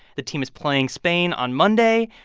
the team is playing spain on monday.